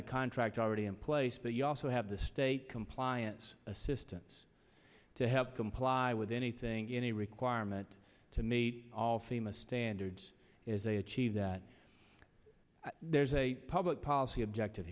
the contract already in place that you also have the state compliance assistance to help comply with anything in a requirement to meet all famous standards is a achieve that there's a public policy objective